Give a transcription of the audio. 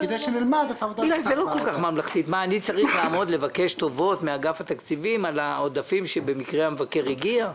אני צריך לעמוד לבקש טובות מאגף התקציבים על העודפים שבמקרה המבקר הגיע?